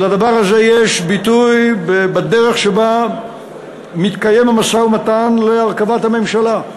ולדבר הזה יש ביטוי בדרך שבה מתקיים המשא-ומתן להרכבת הממשלה.